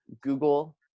Google